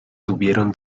tuvieron